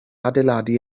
adeiladu